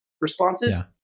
responses